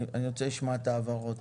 אני רוצה לשמוע את ההבהרות.